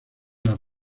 las